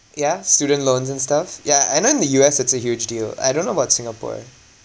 yeah student loans and stuff yeah I know in the U_S it's a huge deal I don't know about singapore